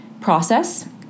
process